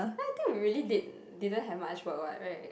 I think really did didn't have much work [what] [right]